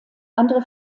andere